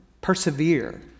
persevere